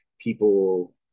people